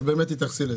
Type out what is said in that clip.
אז באמת תתייחסי לזה.